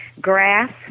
Grass